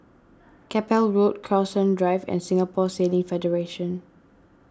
Keppel Road Crowhurst Drive and Singapore Sailing Federation